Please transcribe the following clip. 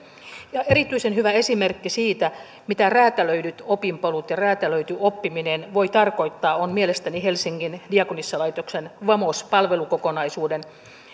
erityisen hyvä esimerkki siitä mitä räätälöidyt opinpolut ja räätälöity oppiminen voivat tarkoittaa on mielestäni helsingin diakonissalaitoksen vamos palvelukokonaisuuden